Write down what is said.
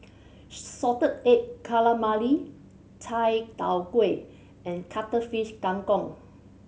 salted egg calamari chai tow kway and Cuttlefish Kang Kong